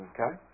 Okay